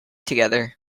together